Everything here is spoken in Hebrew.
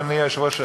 אדוני היושב-ראש,